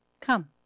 Come